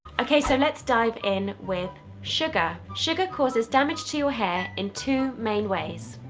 okay so let's dive in with sugar. sugar causes damage to your hair in two main ways.